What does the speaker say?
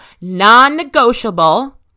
non-negotiable